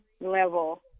level